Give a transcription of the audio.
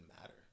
matter